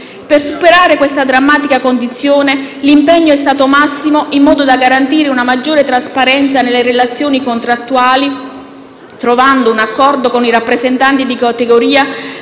Per superare questa drammatica condizione l'impegno è stato massimo in modo da garantire una maggiore trasparenza nelle relazioni contrattuali, trovando un accordo con i rappresentanti di categoria